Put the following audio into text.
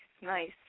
nice